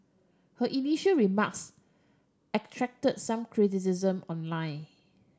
her initial remarks attracted some criticism online